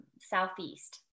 southeast